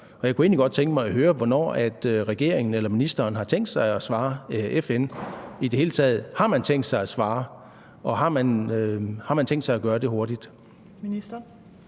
men jeg kunne egentlig godt tænke mig at høre, hvornår regeringen eller ministeren har tænkt sig at svare FN. Har man i det hele taget tænkt sig at svare? Og har man tænkt sig at gøre det hurtigt?